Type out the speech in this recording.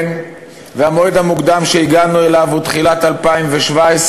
והמועד המוקדם שהגענו אליו הוא תחילת 2017,